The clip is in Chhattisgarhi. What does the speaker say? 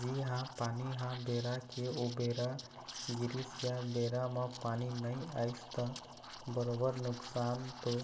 जिहाँ पानी ह बेरा के उबेरा गिरिस या बेरा म पानी नइ आइस त बरोबर नुकसान तो